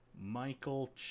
Michael